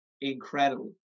incredible